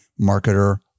marketer